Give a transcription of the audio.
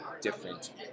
different